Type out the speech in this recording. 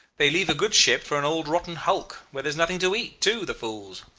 they leave a good ship for an old rotten hulk, where there is nothing to eat, too, the fools.